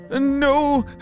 No